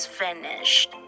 finished